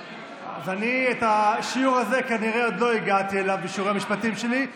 אז אני כנראה עוד לא הגעתי לשיעור הזה בלימודי המשפטים שלי.